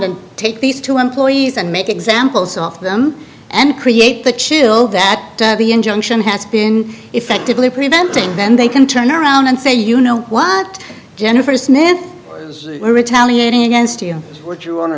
and take these two employees and make examples of them and create the chill that the injunction has been effectively preventing then they can turn around and say you know what jennifer smith is retaliating against you which you